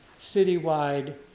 citywide